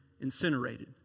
incinerated